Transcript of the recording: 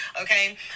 okay